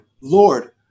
Lord